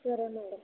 సరే మేడం